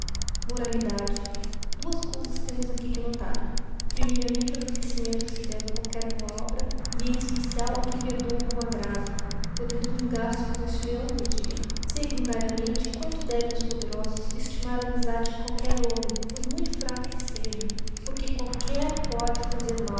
fezmoralidadk ditas cousas temos aqui que notar primeiramente agradecimento que se deve a qualquer boa obta yy e em especial a quem perdoa algum j aggrava podendo vingar-se com esse e não podia segunda ia mente quanto devem os poderosos estimar a amizade de qualcjuer homem por mui fraco dué sejat porque qualquer pode fazer